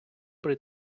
при